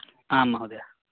आम् महोदय